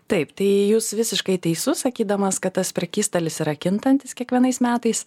taip tai jūs visiškai teisus sakydamas kad tas prekystalis yra kintantis kiekvienais metais